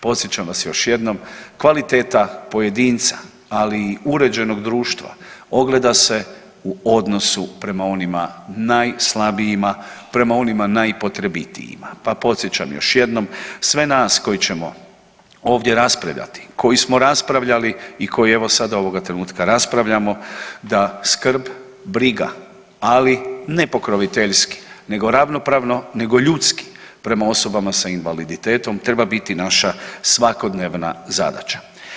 Podsjećam vas još jednom kvaliteta pojedinca, ali i uređenog društva ogleda se u odnosu prema onima najslabija, prema onima najpotrebitijima, pa podsjećam još jednom sve nas koji ćemo ovdje raspravljati, koji smo raspravljali i koji evo sada ovog trenutka raspravljamo da skrb, briga, ali ne pokroviteljski nego ravnopravno, nego ljudski prema osobama sa invaliditetom treba biti naša svakodnevna zadaća.